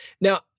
Now